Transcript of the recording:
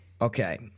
Okay